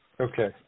Okay